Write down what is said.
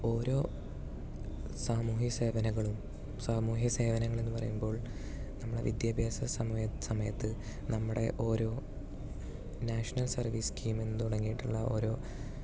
ഓരോ സാമൂഹ്യ സേവനങ്ങളും സാമൂഹ്യ സേവനങ്ങൾ എന്ന് പറയുമ്പോൾ നമ്മളുടെ വിദ്യാഭ്യാസ സമയ സമയത്ത് നമ്മുടെ ഓരോ നാഷണൽ സർവീസ് സ്കീം എന്നുതുടങ്ങിയിട്ടുള്ള ഓരോ